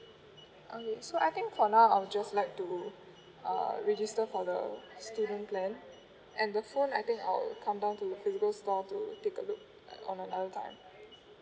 okay so I think for now I'll just like to uh register for the student plan and the phone I think I'll come down to physical store to take a look on another time